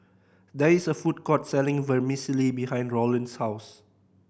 there is a food court selling Vermicelli behind Roland's house